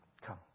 Come